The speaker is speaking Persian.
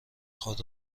خود